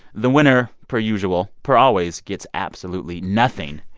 the winner, per usual, per always, gets absolutely nothing.